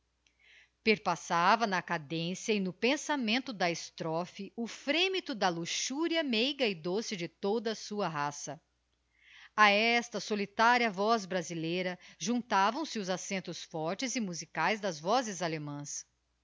perpassava na cadencia e no pensamento da estrophe o frémito da luxuria meiga e doce de toda a sua raça a esta solitária voz brasileira juntavam se os accentos fortes e musicaes das vozes allemãs